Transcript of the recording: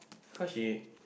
cause she